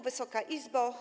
Wysoka Izbo!